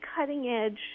cutting-edge